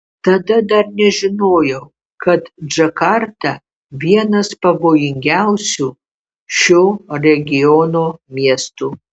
tada dar nežinojau kad džakarta vienas pavojingiausių šio regiono miestų